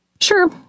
Sure